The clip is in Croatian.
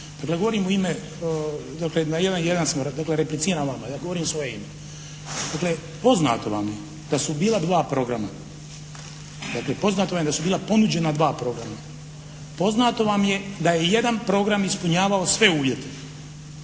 Dakle, govorim u ime, …/Govornik se ne razumije./… dakle repliciram vama. Ja govorim u svoje ime. Dakle, poznato vam je da su bila dva programa. Dakle, poznato vam je da su bila ponuđena dva programa. Poznato vam je da je jedan program ispunjavao sve uvjete